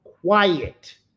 quiet